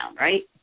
right